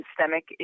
systemic